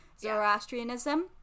Zoroastrianism